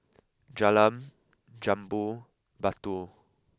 Jalan Jambu Batu